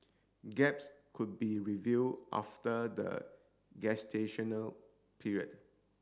gaps could be reviewed after the gestational period